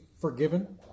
forgiven